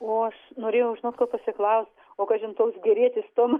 o aš norėjau žinot ko pasiklaust o kažin toks gerietis tom